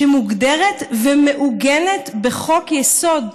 שמוגדרת ומעוגנת בחוק-יסוד.